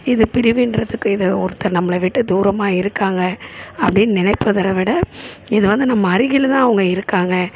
இது பிரிவுங்றதுக்கு இது ஒருத்தர் நம்மளை விட்டு தூரமாக இருக்காங்க அப்படின்னு நினைப்பதை விட இது வந்து நம்ம அருகில் தான் அவங்க இருக்காங்க